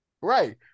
Right